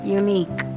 unique